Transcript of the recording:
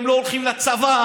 הם לא הולכים לצבא,